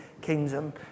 kingdom